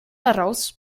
daraus